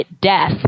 death